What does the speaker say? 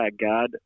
God